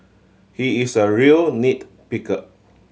he is a real nit picker